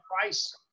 price